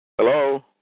Hello